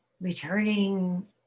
returning